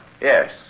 yes